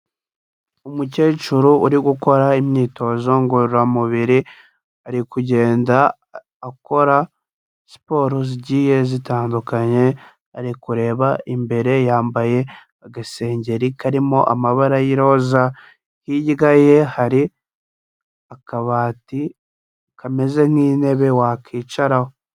Umukecuru uri gukora imyitozo ngororamubiri, ari kugenda akora siporo zigiye zitandukanye, ari kureba imbere, yambaye agasengeri karimo amabara y'iroza, hirya ye hari akabati kameze nk'intebe wakwicaraho.